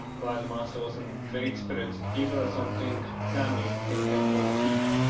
while the master was in great spirits, he felt something clammy hit him on the cheek.